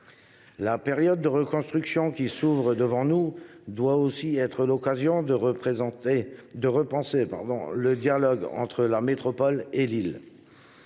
La période de reconstruction qui s’ouvre doit aussi être l’occasion de repenser le dialogue entre la métropole et l’île.